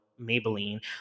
Maybelline